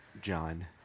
John